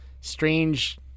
strange